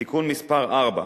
תיקון מס' 4,